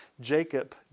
Jacob